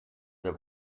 der